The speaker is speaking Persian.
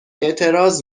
اعتراض